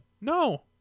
No